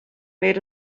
made